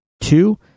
Two